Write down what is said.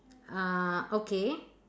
uh okay